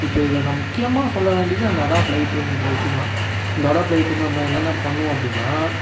இப்போ இதில் நான் முக்கியமாக சொல்ல வேண்டியது அந்த அடாப் லைட் ரூம்முன்ற விஷயந்தான் இந்த அடாப் லைட் ரூமில் நம்ம என்னென்ன பண்ணுவோம் அப்படின்னா